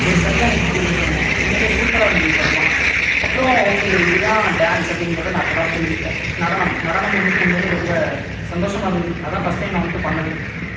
ஒரு சரியான எக்ஸ்பீரியன்ஸாக இருந்தது உண்மையிலே சூப்பராக இருந்தது சொல்லப்போனால் அப்புறம் ஓகே இது தான் டான்ஸ் அப்படிங்குறத நான் அப்போ தான் புரிஞ்சுக்கிட்டேன் நடனம் நடனம் வந்துட்டு உண்மையிலே ரொம்ப சந்தோஷமாக இருந்தது அதுதான் ஃபர்ஸ்ட் டைம் நான் வந்துட்டு பண்ணிணதே